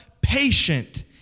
patient